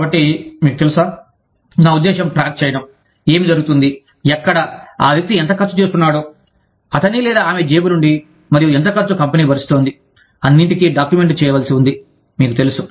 కాబట్టి మీకు తెలుసా నా ఉద్దేశ్యం ట్రాక్ చేయడం ఏమి జరుగుతోంది ఎక్కడ ఆ వ్యక్తి ఎంత ఖర్చు చేస్తున్నాడో అతని లేదా ఆమె జేబు నుండి మరియు ఎంత ఖర్చు కంపెనీ భరిస్తోంది అన్నింటికీ డాక్యుమెంట్ చేయవలసిఉంది మీకు తెలుసు